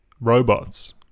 Robots